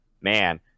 man